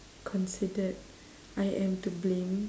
considered I am to blame